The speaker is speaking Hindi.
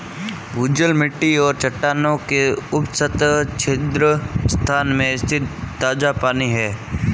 भूजल मिट्टी और चट्टानों के उपसतह छिद्र स्थान में स्थित ताजा पानी है